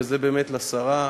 וזה באמת לשרה,